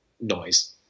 noise